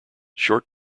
short